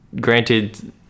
granted